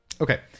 Okay